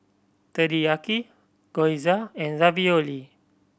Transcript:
Teriyaki Gyoza and Ravioli